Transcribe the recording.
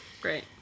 Great